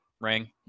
ring